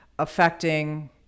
affecting